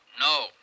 No